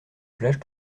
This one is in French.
plage